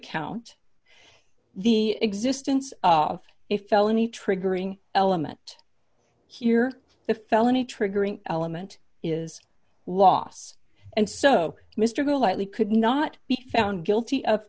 count the existence of a felony triggering element here the felony triggering element is loss and so mr lightly could not be found guilty of